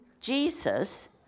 Jesus